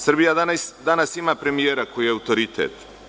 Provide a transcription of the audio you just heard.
Srbija danas ima premijera koji je autoritet.